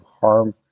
harm